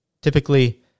Typically